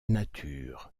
nature